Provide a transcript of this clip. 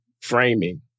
framing